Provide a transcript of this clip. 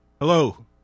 Hello